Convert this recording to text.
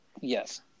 yes